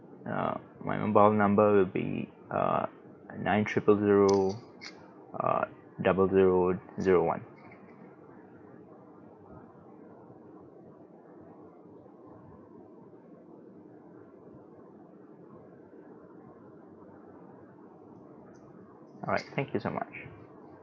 uh my mobile number will be uh nine triple zero uh double zero zero one alright thank you so much